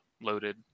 loaded